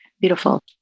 beautiful